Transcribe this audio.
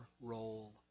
role